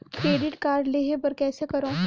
Credit card लेहे बर कइसे करव?